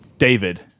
David